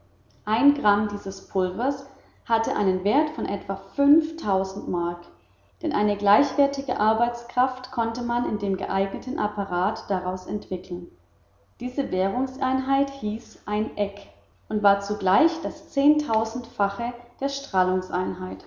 ein gramm dieses pulvers hatte einen wert von etwa fünftausend mark denn eine gleichwertige arbeitskraft konnte man in dem geeigneten apparat daraus entwickeln diese währungseinheit hieß ein eck und war zugleich das zehntausendfache der